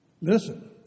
listen